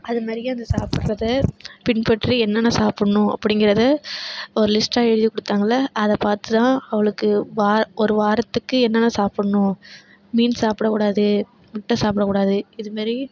அதுமாரியே அந்த சாப்புட்றத பின்பற்றி என்னென்ன சாப்புடணும் அப்டிங்கிறத ஒரு லிஸ்ட்டா எழுதி கொடுத்தாங்கள்ல அதை பார்த்து தான் அவளுக்கு வா ஒரு வாரத்துக்கு என்னென்ன சாப்புடணும் மீன் சாப்பிடக் கூடாது முட்டை சாப்பிடக் கூடாது இதுமாரி